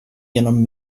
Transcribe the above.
genom